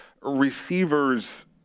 receivers